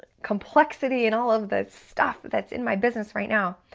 complexity and all of this stuff that's in my business right now.